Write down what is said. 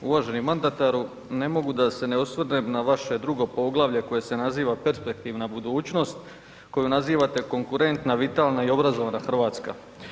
Uvaženi mandatu, ne mogu da se osvrnem na vaše drugo poglavlje koje se naziva „Perspektivna budućnost“ koju nazivate konkurentna, vitalna i obrazovana Hrvatska.